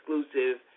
exclusive